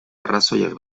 arrazoiak